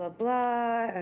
ah blah,